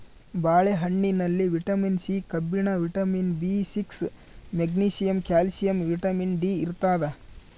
ಬಾಳೆ ಹಣ್ಣಿನಲ್ಲಿ vitamin C ಕಬ್ಬಿಣ vitamin B six magnesium calcium vitamin D ಇರ್ತಾದ